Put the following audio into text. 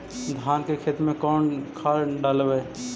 धान के खेत में कौन खाद डालबै?